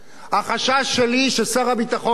החשש שלי, ששר הביטחון,